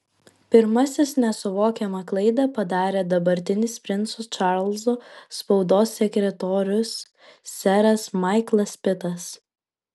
pirmasis nesuvokiamą klaidą padarė dabartinis princo čarlzo spaudos sekretorius seras maiklas pitas